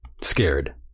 scared